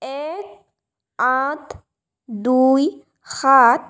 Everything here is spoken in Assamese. এক আঠ দুই সাত